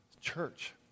church